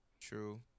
True